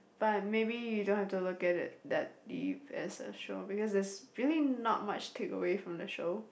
but maybe you don't have to look at it that deep as a show because it's really not much takeaway from the show